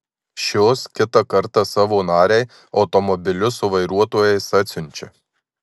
šios kitą kartą savo narei automobilius su vairuotojais atsiunčia